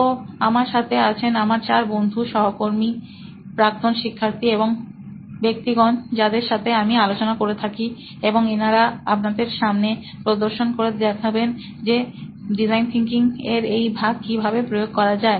তো আমার সাথে আছেন আমার 4 জন বন্ধু সহকর্মী প্রাক্তন শিক্ষার্থী এবং ব্যক্তিগণ যাদের সাথে আমি আলোচনা করে থাকি এবং এনারা আপনাদের সামনে প্রদর্শন করে দেখবেন যে ডিজাইন থিঙ্কিং এর এই ভাগ কি ভাবে প্রয়োগ করা যায়